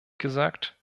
gesagt